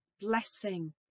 blessing